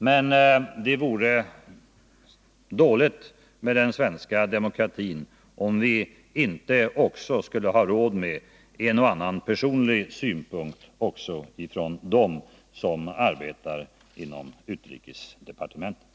Men det vore dåligt med den svenska demokratin, om vi inte också skulle ha råd med en och annan personlig synpunkt även från dem som arbetar inom utrikesdepartementet.